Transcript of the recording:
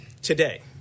today